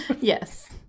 yes